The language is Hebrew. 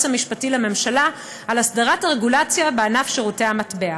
המשפטי לממשלה על הסדרת הרגולציה בענף שירותי המטבע.